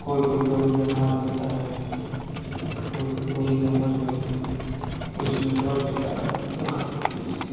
कोई कोई गौरय्या मार देता है कोई कोई गौरय्या मर जाती है कुछ नेटवर्क के कारण अपना भाग जाती हैं